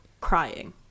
crying